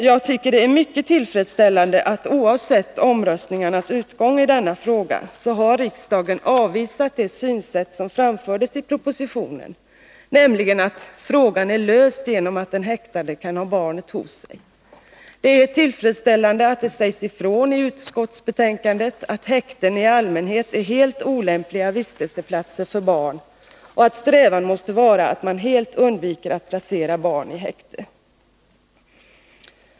Jag tycker att det är mycket tillfredsställande att riksdagen — oavsett omröstningarnas utgång i denna fråga — har avvisat det synsätt som kom till uttryck i propositionen, nämligen att frågan är löst genom att den häktade kan ha barnet hos sig. Det är tillfredsställande att det sägs ifrån i utskottsbetänkandet att häkten i allmänhet är helt olämpliga vistelseplatser för barn och att strävan måste vara att helt undvika att placera barn i häkte.